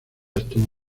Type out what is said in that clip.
estuvo